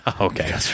Okay